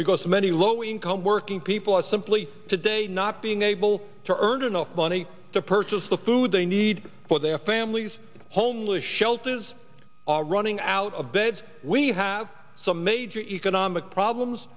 because so many low income working people are simply today not being able to earn enough money to purchase the food they need for their families homeless shelters are running out of beds we have some major economic problems